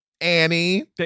Annie